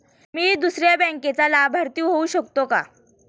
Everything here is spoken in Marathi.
मी दुसऱ्या बँकेचा लाभार्थी होऊ शकतो का?